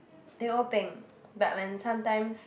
teh O peng but when sometimes